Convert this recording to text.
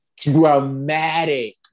dramatic